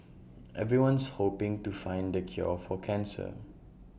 everyone's hoping to find the cure for cancer